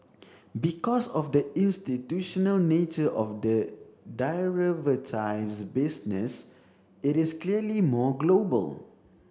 because of the institutional nature of the business it is clearly more global